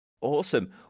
Awesome